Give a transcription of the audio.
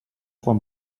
quan